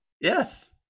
Yes